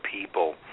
people